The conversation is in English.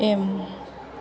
M